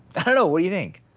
i don't know, what do you think?